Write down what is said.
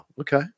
Okay